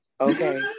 Okay